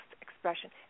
expression